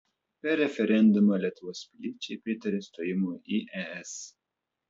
per referendumą lietuvos piliečiai pritarė stojimui į es